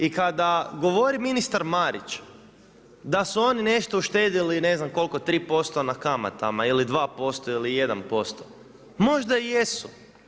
I kada govori ministar Marić, da su oni nešto uštedili, ne znam koliko 3% na kamatama ili 2% ili 1%, možda i jesu.